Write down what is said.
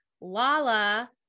Lala